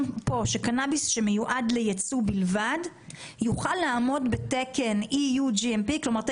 כאן שקנאביס שמיועד לייצוא בלבד יוכל לעמוד בתקן EUGMP כלומר,